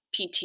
PT